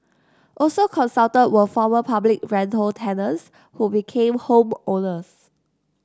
also consulted were former public rental tenants who became home owners